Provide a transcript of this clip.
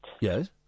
Yes